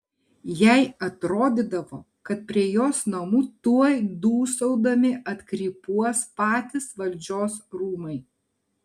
jai atrodydavo kad prie jos namų tuoj dūsaudami atkrypuos patys valdžios rūmai